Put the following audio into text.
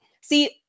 See